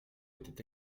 étaient